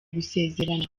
gusezerana